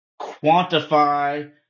quantify